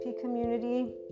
community